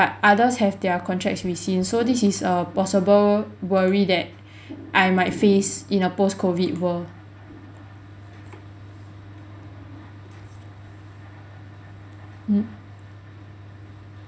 others have their contracts rescind so this is a possible worry that I might face in a post-COVID world hmm